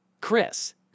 Chris